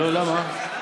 לא, למה?